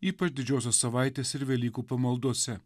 ypač didžiosios savaitės ir velykų pamaldose